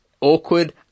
Awkward